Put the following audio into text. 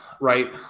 right